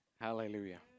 Hallelujah